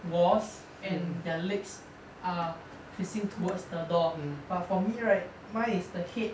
walls and their legs are facing towards the door but for me right mine is the head